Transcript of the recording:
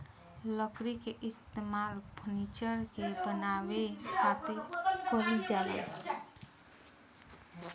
लकड़ी के इस्तेमाल फर्नीचर के बानवे खातिर कईल जाला